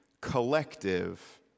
collective